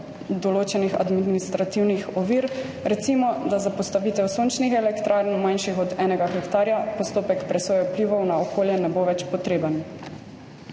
določenih administrativnih ovir, recimo da za postavitev sončnih elektrarn, manjših od enega hektarja, postopek presoje vplivov na okolje ne bo več potreben.